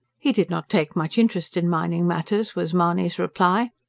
he did not take much interest in mining matters was mahony's reply.